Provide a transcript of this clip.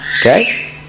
Okay